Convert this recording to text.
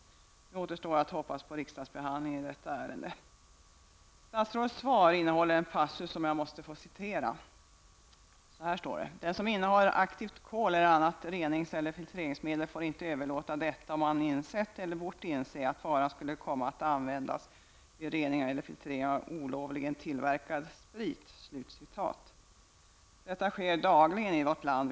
Låt oss nu hoppas på riksdagsbehandlingen av detta ärende. Statsrådets svar innehåller en passus som jag vill citera: ''Den som innehar aktivt kol eller annat renings eller filtreringsmedel får inte överlåta detta, om han har insett eller bort inse att varan skulle komma att användas vid rening eller filtrering av olovligen tillverkad sprit.'' Jag vill påstå att sådana överlåtelser sker dagligen i vårt land.